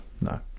no